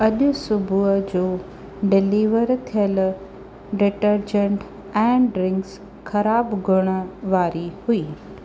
अॼु सुबुह जो डिलीवर थियल डिटर्जेंट ऐं ड्रिंक्स ख़राबु गुण वारी हुई